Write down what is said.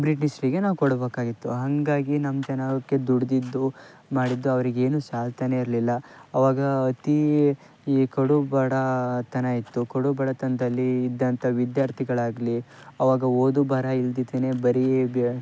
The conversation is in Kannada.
ಬ್ರಿಟೀಷರಿಗೆ ನಾವು ಕೊಡ್ಬೇಬೇಕಾಗಿತ್ತು ಹಾಗಾಗಿ ನಮ್ಮ ಜನಕ್ಕೆ ದುಡಿದಿದ್ದು ಮಾಡಿದ್ದು ಅವರಿಗೇನೂ ಸಾಲ್ತಲೇ ಇರಲಿಲ್ಲ ಅವಾಗ ಅತಿ ಈ ಕಡುಬಡತನ ಇತ್ತು ಕಡುಬಡತನ್ದಲ್ಲಿ ಇದ್ದಂಥ ವಿದ್ಯಾರ್ಥಿಗಳಾಗಲಿ ಅವಾಗ ಓದು ಬರಹ ಇಲ್ದೆನೇ ಬರೀ